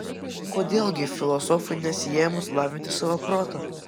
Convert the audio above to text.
kodėl gi filosofui nesiėmus lavinti savo protą